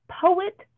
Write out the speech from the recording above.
poet